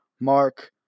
Mark